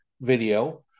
video